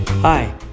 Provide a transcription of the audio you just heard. hi